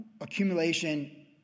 accumulation